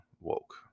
woke